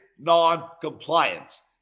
non-compliance